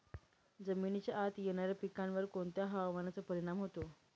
जमिनीच्या आत येणाऱ्या पिकांवर कोणत्या हवामानाचा परिणाम होतो?